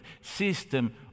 system